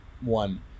one